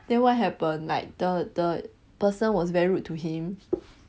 then what happen like the the person was very rude to him